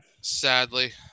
sadly